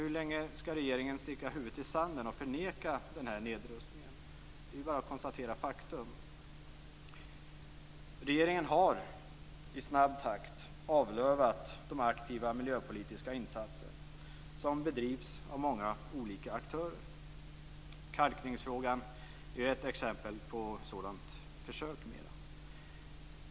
Hur länge skall regeringen sticka huvudet i sanden och förneka den här nedrustning. Det är ju bara att konstatera faktum. Regeringen har i snabb takt avlövat de aktiva miljöpolitiska insatser som görs av många olika aktörer. Kalkningsfrågan är ett exempel på ett sådant försök.